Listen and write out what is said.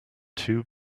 too